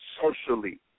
socially